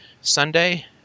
Sunday